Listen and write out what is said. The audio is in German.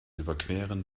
überqueren